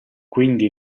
quindi